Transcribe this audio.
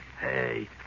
Hey